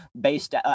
based